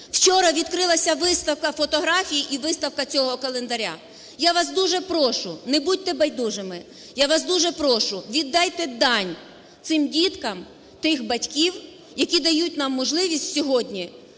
Вчора відкрилася виставка фотографій і виставка цього календаря. Я вам дуже прошу, не будьте байдужими. Я вас дуже прошу, віддайте дань цим діткам тих батьків, які дають нам можливість сьогодні